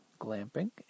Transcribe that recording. glamping